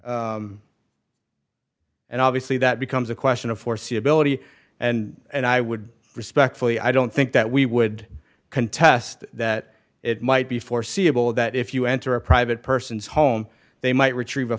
force and obviously that becomes a question of foreseeability and and i would respectfully i don't think that we would contest that it might be foreseeable that if you enter a private person's home they might retrieve a